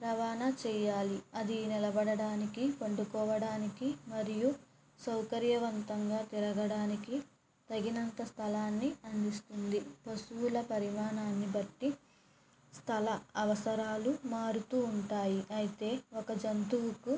రవాణా చేయాలి అది నిలబడడానికి పడుకోవడానికి మరియు సౌకర్యవంతంగా తిరగడానికి తగిన అంత స్థలాన్ని అందిస్తుంది పశువుల పరిమాణాన్ని బట్టి స్థల అవసరాలు మారుతూ ఉంటాయి అయితే ఒక జంతువుకు